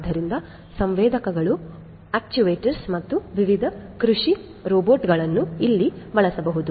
ಆದ್ದರಿಂದ ಸಂವೇದಕಗಳು ಆಕ್ಯೂವೇಟರ್ಗಳು ಮತ್ತು ವಿವಿಧ ಕೃಷಿ ರೋಬೋಟ್ಗಳನ್ನು ಇಲ್ಲಿ ಬಳಸಬಹುದು